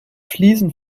fliesen